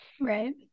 Right